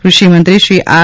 ક્રષિ મંત્રી શ્રી આર